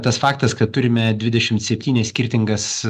tas faktas kad turime dvidešimt septynias skirtingas